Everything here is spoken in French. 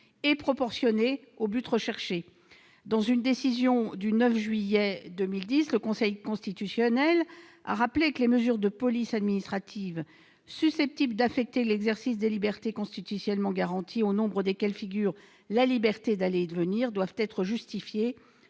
et proportionnée au but visé. Dans une décision en date du 9 juillet 2010, le Conseil constitutionnel a rappelé que les mesures de police administrative susceptibles d'affecter l'exercice des libertés constitutionnellement garanties, au nombre desquelles figure la liberté d'aller et venir, doivent être justifiées